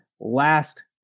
last